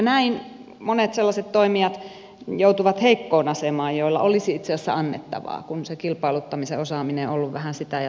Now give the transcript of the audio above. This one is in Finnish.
näin monet sellaiset toimijat joutuvat heikkoon asemaan joilla olisi itse asiassa annettavaa kun se kilpailuttamisen osaaminen on ollut vähän sitä ja tätä